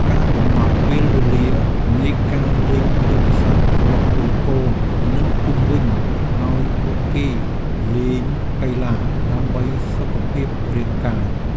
ការកំណត់ពេលវេលានៃការលេងទូរស័ព្ទរបស់កូនៗនិងជំរុញឱ្យពួកគេលេងកីឡាដើម្បីសុខភាពរាងកាយ។